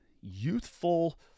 youthful